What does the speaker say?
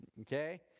Okay